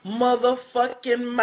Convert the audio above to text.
motherfucking